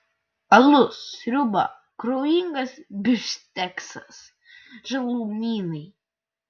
alus sriuba kraujingas bifšteksas žalumynai